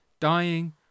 Dying